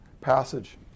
passage